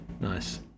nice